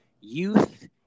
youth